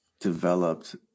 developed